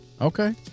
Okay